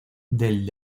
del